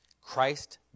Christ